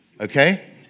okay